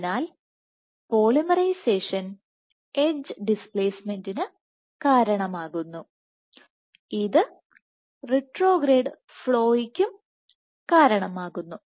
അതിനാൽ പോളിമറൈസേഷൻpolymerization എഡ്ജ് ഡിസ്പ്ലേസ്മെന്റിന് കാരണമാകുന്നു ഇത് റിട്രോഗ്രേഡ് ഫ്ലോയ്ക്ക് കാരണമാകുന്നു